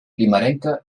primerenca